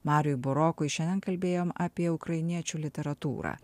mariui burokui šiandien kalbėjom apie ukrainiečių literatūrą